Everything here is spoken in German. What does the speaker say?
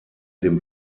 dem